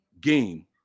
game